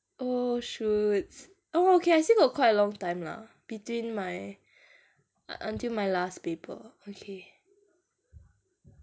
oh shoots oh okay I still got quite a long time lah between my u~ until my last paper okay